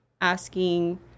asking